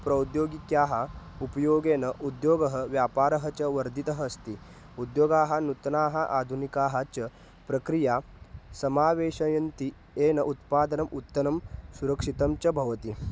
प्रौद्योगिक्याः उपयोगेन उद्योगः व्यापारः च वर्धितः अस्ति उद्योगाः नूतनाः आधुनिकाः च प्रक्रियां समावेशयन्ति येन उत्पादनम् उत्तमं सुरक्षितं च भवति